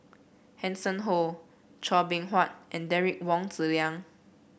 Hanson Ho Chua Beng Huat and Derek Wong Zi Liang